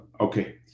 Okay